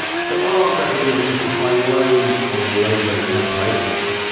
so on graphicriver, you can find loads of logo templates.